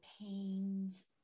pains